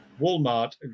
walmart